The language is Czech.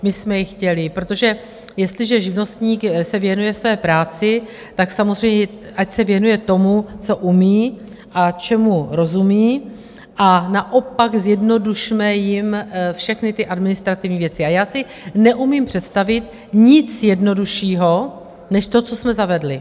My jsme ji chtěli, protože jestliže se živnostník věnuje své práci, tak ať se věnuje tomu, co umí a čemu rozumí, a naopak zjednodušme jim všechny ty administrativní věci, a já si neumím představit nic jednoduššího než to, co jsme zavedli.